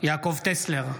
יעקב טסלר,